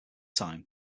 time